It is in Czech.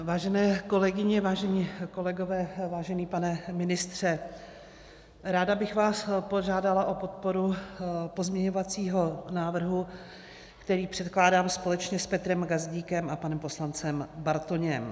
Vážené kolegyně, vážení kolegové, vážený pane ministře, ráda bych vás požádala o podporu pozměňovacího návrhu, který předkládám společně s Petrem Gazdíkem a panem poslancem Bartoněm.